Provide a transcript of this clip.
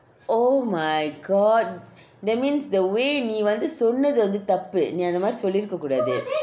oh my god that means the way நீ வந்து சொன்னது வந்து தப்பு நீ அந்த மாதிரி சொல்லிருக்க கூடாது:nee vanthu sonathu vanthu thappu nee antha mathiri solliruka kudathu